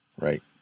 right